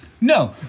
No